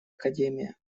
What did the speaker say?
академия